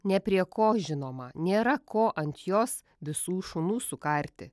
ne prie ko žinoma nėra ko ant jos visų šunų sukarti